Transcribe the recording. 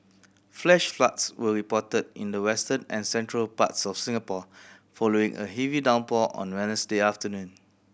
flash floods were reported in the western and central parts of Singapore following a heavy downpour on Wednesday afternoon